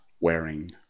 wearing